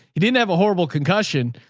he didn't have a horrible concussion.